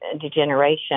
degeneration